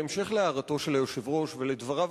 בהמשך להערתו של היושב-ראש ולדבריו